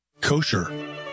Kosher